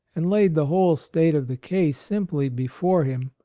and laid the whole state of the case simply before him,